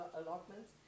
allotments